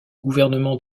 gouvernement